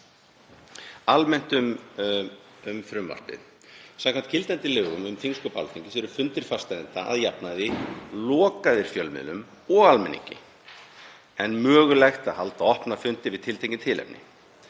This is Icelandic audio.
Almennt: Samkvæmt gildandi lögum um þingsköp Alþingis eru fundir fastanefnda að jafnaði lokaðir fjölmiðlum og almenningi en mögulegt að halda opna fundi við tiltekin tilefni.